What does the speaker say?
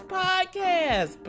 podcast